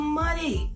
money